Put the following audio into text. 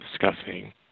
discussing